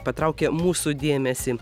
patraukė mūsų dėmesį